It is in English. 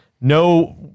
no